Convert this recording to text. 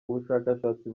ubushakashatsi